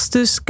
Dus